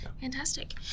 Fantastic